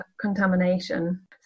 contamination